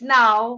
now